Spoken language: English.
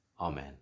Amen